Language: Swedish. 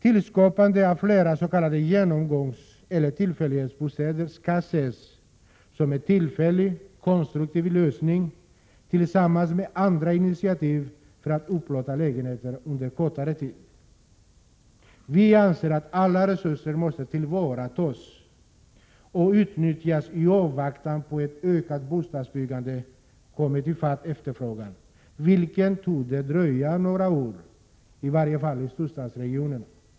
Tillskapandet av flera s.k. genomgångsbostäder skall ses som en tillfällig, konstruktiv lösning tillsammans med andra initiativ för att upplåta lägenheter under kortare tid. Alla resurser måste tillvaratas och utnyttjas i avvaktan på att ett ökat bostadsbyggande kommer i fatt efterfrågan, vilket torde dröja något eller några år, i varje fall i storstadsregionerna.